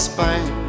Spain